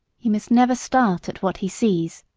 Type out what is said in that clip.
he must never start at what he sees,